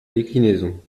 déclinaison